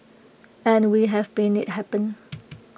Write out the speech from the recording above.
and we have been IT happen